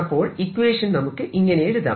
അപ്പോൾ ഇക്വേഷൻ നമുക്ക് ഇങ്ങനെ എഴുതാം